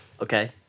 Okay